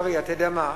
אריה, את יודע מה?